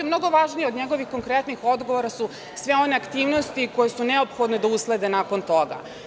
Mnogo važnije od njegovih konkretnih odgovora su sve one aktivnosti koje su neophodne da uslede nakon toga.